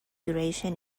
duration